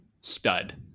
stud